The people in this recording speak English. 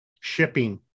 shipping